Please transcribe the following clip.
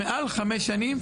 מעל חמש שנים,